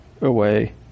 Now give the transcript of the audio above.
away